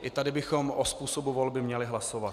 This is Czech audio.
I tady bychom o způsobu volby měli hlasovat.